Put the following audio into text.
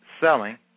selling